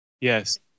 Yes